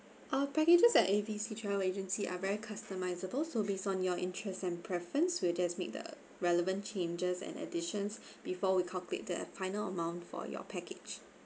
uh packages at A_B_C travel agency are very customizable so based on your interest and preference will just make the relevant changes and additions before we calculate the final amount for your package